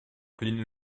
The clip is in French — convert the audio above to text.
pline